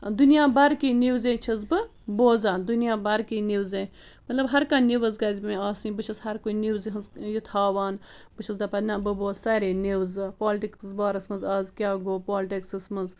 دُنیا بھر کی نِوزے چھَس بہٕ بوزان دُنیا بھر کی نِوزے مطلب ہر کانٛہہ نِوٕز گزِ مےٚ آسٕنۍ بہٕ چھَس ہر کُنہِ نِوزِ ہٕنٛز یہِ تھاوان بہٕ چھَس دَپان نَہ بہٕ بوزٕ سارے نِوزٕ پالَٹِکٕس بارس منٛز آز کیٛاہ گوٚو پالٹِکسَس منٛز